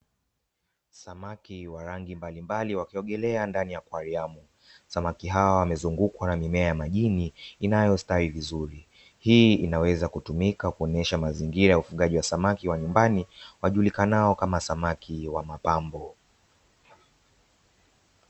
Samaki wa rangi mbalimbali wakiogelea ndani ya akwariamu, samaki hawa wamezungukwa na mimea ya majini inayostawi vizuri. Hii inaweza kutumika kuonyesha mazingira ya ufugaji wa samaki nyumbani wajulikanao kama samaki wa mapambo.